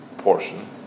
Portion